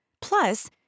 Plus